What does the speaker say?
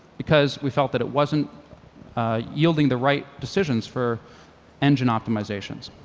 because we felt that it wasn't yielding the right decisions for engine optimizations.